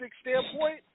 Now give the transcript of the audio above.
standpoint